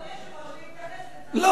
אדוני היושב-ראש, אני מבקשת להתייחס.